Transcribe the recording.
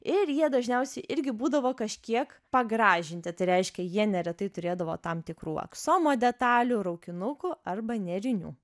ir jie dažniausiai irgi būdavo kažkiek pagražinti tai reiškia jie neretai turėdavo tam tikrų aksomo detalių raukinukų arba nėrinių